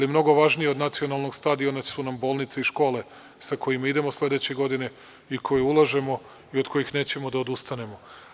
Mnogo važnije od nacionalnog stadiona su nam bolnice i škole sa kojima idemo sledeće godine i u koje ulažemo i od kojih nećemo da odustanemo.